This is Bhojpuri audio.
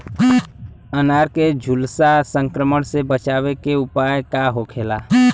अनार के झुलसा संक्रमण से बचावे के उपाय का होखेला?